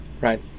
right